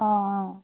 অঁ অঁ